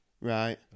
Right